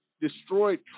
destroyed